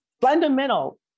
fundamental